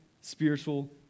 spiritual